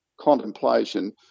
contemplation